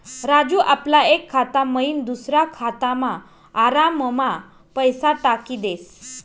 राजू आपला एक खाता मयीन दुसरा खातामा आराममा पैसा टाकी देस